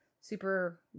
super